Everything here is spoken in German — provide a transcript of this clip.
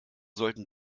sollen